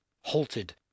halted